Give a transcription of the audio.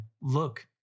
look